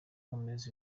gomez